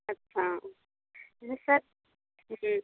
अच्छा जैसे सर जी